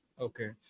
Okay